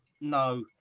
No